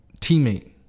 teammate